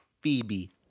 Phoebe